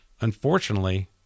Unfortunately